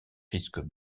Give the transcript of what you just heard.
risquent